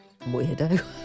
Weirdo